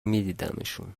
میدیدمشون